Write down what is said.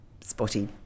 spotty